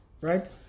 Right